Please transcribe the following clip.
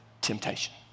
temptation